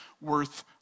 worth